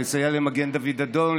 לסייע למגן דוד אדום,